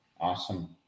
Awesome